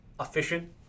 efficient